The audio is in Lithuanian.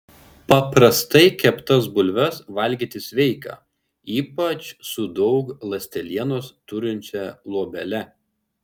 paprastai keptas bulves valgyti sveika ypač su daug ląstelienos turinčia luobele